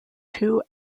two